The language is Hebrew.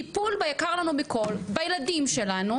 טיפול בעיקר לנו מכל בילדים שלנו,